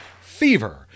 Fever